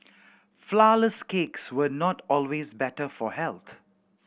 flourless cakes were not always better for health